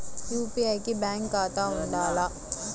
UPI కి bank ఖాతా ఉండాల?